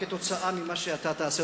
כתוצאה ממה שאתה תעשה,